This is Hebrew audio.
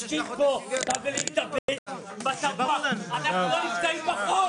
בושה וחרפה,